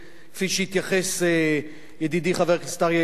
כפי שהתייחס ידידי חבר הכנסת אריה אלדד,